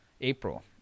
april